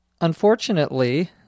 unfortunately